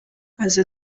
aza